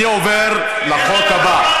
אני עובר לחוק הבא.